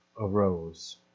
arose